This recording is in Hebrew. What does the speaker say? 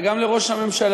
וגם לראש הממשלה,